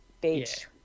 beach